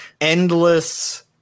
endless